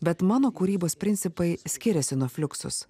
bet mano kūrybos principai skiriasi nuo fliuksus